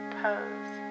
pose